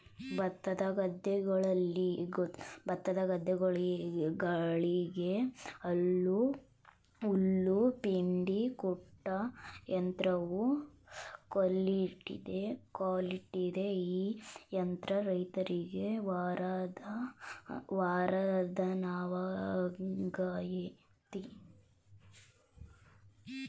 ಭತ್ತದ ಗದ್ದೆಗಳಿಗೆ ಹುಲ್ಲು ಪೆಂಡಿ ಕಟ್ಟೋ ಯಂತ್ರವೂ ಕಾಲಿಟ್ಟಿದೆ ಈ ಯಂತ್ರ ರೈತರಿಗೆ ವರದಾನವಾಗಯ್ತೆ